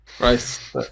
Right